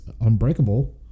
Unbreakable